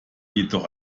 jedoch